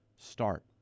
start